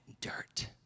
dirt